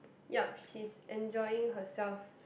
yup she is enjoying herself